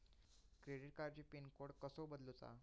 Credit कार्डची pin code कसो बदलुचा?